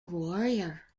warrior